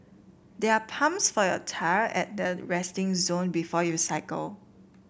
there are pumps for your tyre at the resting zone before you cycle